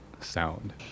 sound